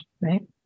right